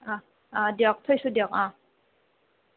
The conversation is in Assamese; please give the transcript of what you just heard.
অঁ অঁ দিয়ক থৈছোঁ দিয়ক